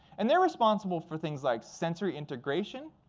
and they're responsible for things like sensory integration,